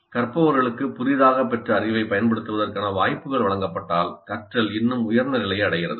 கற்பவர்களுக்கு புதிதாகப் பெற்ற அறிவைப் பயன்படுத்துவதற்கான வாய்ப்புகள் வழங்கப்பட்டால் கற்றல் இன்னும் உயர்ந்த நிலையை அடைகிறது